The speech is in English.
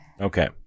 Okay